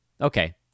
okay